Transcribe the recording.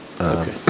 Okay